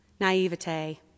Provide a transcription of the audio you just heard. naivete